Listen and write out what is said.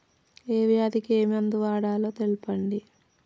ఏ వ్యాధి కి ఏ మందు వాడాలో తెల్పండి?